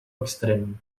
extrem